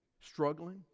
Struggling